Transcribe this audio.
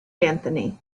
anthony